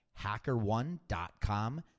hackerone.com